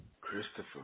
Christopher